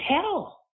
tell